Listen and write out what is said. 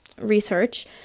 research